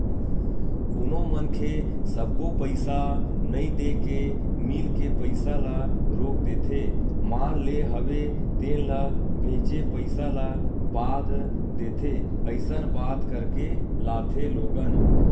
कोनो मनखे सब्बो पइसा नइ देय के मील के पइसा ल रोक देथे माल लेय हवे तेन ल बेंचे पइसा ल बाद देथे अइसन बात करके लाथे लोगन